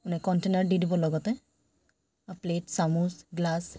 মানে কণ্টেইনাৰ দি দিব লগতে প্লেট চামুচ গ্লাছ